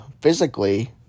physically